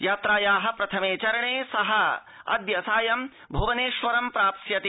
यात्राया प्रथमे चरणे स अद्य सायं भ्वनेश्वरं प्राप्स्यति